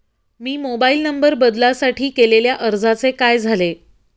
मी mobile number बदलासाठी केलेल्या अर्जाचे काय झाले?